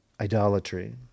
Idolatry